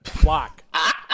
Block